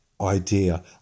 idea